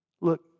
Look